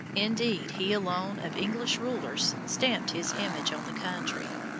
indeed he alone of english rulers stamped his image on the country.